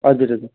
हजुर हजुर